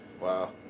Wow